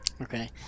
Okay